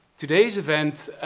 today's event,